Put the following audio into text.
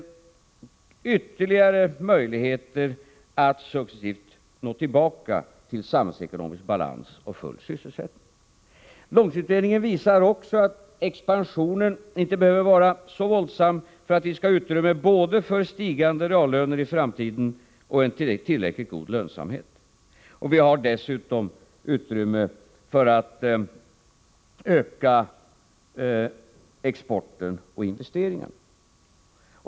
För att klara en sådan 12 december 1984 tillväxt krävs att vi samtidigt löser de grundläggande problemen med kostnaderna och inflationen. Långtidsutredningen visar också att expansio || N ” éö Den ekonomiska nen inte behöver Yara så våldsam för att vi skall & utrymme för både stigande politiken på medelreallöner i framtiden och en tillräckligt god lönsamhet. Vi har dessutom lång sikt utrymme för att öka exporten och investeringarna.